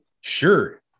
Sure